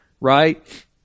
right